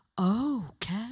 okay